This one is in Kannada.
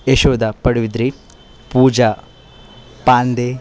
ಯಶೋದ ಪಡಬಿದ್ರಿ ಪೂಜಾ ಪಾಂಡೆ